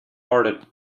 hearted